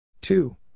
Two